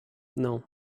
non